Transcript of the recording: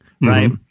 Right